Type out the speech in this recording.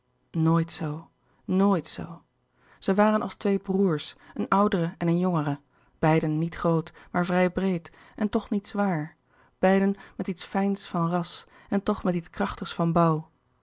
nooit zoo nooit zoo zij waren als twee broêrs een oudere en een jongere beiden niet groot maar vrij breed en toch niet zwaar beiden met iets fijns van ras en toch met iets krachtigs van bouw